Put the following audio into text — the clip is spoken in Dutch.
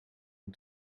een